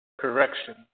correction